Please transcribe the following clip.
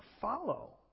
follow